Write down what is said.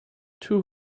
two